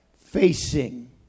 facing